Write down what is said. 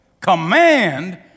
command